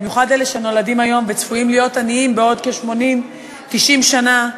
במיוחד אלו שנולדים היום וצפויים להיות עניים בעוד 80 90 שנה,